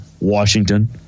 Washington